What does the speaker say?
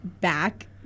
back